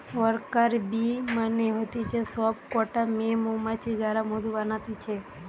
worker bee মানে হতিছে সব কটা মেয়ে মৌমাছি যারা মধু বানাতিছে